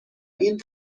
این